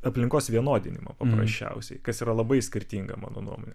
aplinkos vienodinimą paprasčiausiai kas yra labai skirtinga mano nuomone